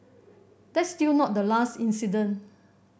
that's still not the last incident